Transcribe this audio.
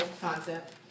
concept